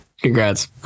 Congrats